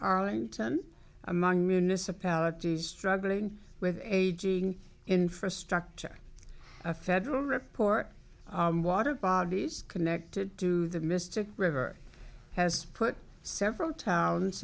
arlington among municipalities struggling with aging infrastructure a federal report water bodies connected to the mystic river has put several towns